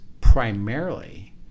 primarily